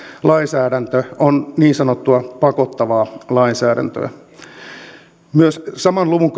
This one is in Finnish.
lainsäädäntö on niin sanottua pakottavaa lainsäädäntöä saman luvun